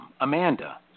Amanda